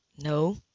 No